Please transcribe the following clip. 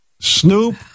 Snoop